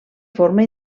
forma